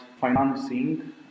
financing